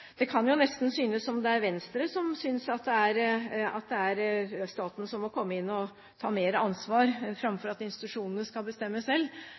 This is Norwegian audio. Det kan jo nesten virke som det er Venstre som synes at det er staten som må komme inn og ta mer ansvar, framfor at institusjonene skal bestemme selv.